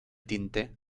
tinte